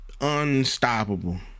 unstoppable